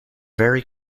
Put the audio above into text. very